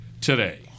today